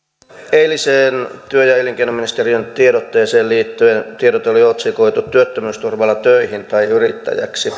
eiliseen työ ja elinkeinoministeriön tiedotteeseen liittyen tiedote oli otsikoitu työttömyysturvalla töihin tai yrittäjäksi